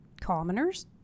commoners